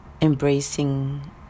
Embracing